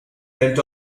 went